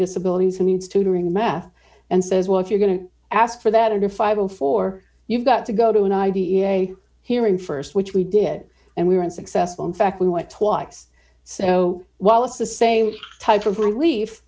disabilities who needs tutoring meth and says well if you're going to ask for that or five before you've got to go to an i v a hearing st which we did and we were unsuccessful in fact we went twice so while it's the same type of relief